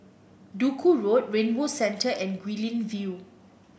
Duku Road Rainbow Centre and Guilin View